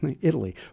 Italy